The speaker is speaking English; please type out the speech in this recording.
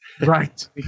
right